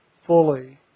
fully